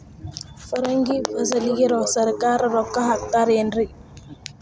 ಪರಂಗಿ ಫಸಲಿಗೆ ಸರಕಾರ ರೊಕ್ಕ ಹಾಕತಾರ ಏನ್ರಿ?